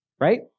right